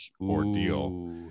ordeal